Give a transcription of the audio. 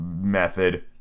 method